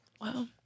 Wow